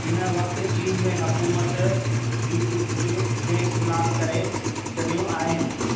हिन वक़्ति चीन में हक़ूमत यूट्यूब में खे ब्लॉक करे छॾियो आहे